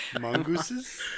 Mongooses